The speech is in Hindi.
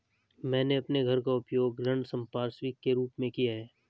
मैंने अपने घर का उपयोग ऋण संपार्श्विक के रूप में किया है